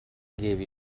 gave